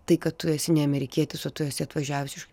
tai kad tu esi ne amerikietis o tu esi atvažiavęs iš